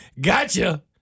gotcha